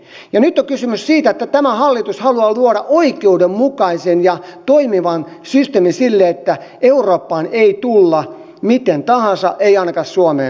nyt on kysymys siitä että tämä hallitus haluaa luoda oikeudenmukaisen ja toimivan systeemin sille että eurooppaan ei tulla miten tahansa ei ainakaan suomeen saakka